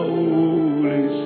Holy